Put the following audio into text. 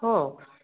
ହଁ